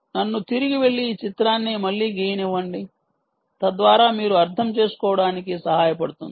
నన్ను తిరిగి వెళ్లి ఈ చిత్రాన్ని మళ్లీ గీయనిఇవ్వండి తద్వారా మీరు అర్థం చేసుకోవడానికి సహాయపడుతుంది